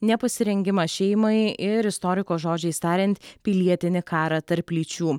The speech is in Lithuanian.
nepasirengimą šeimai ir istoriko žodžiais tariant pilietinį karą tarp lyčių